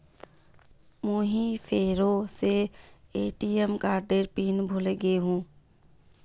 मुई फेरो से ए.टी.एम कार्डेर पिन भूले गेनू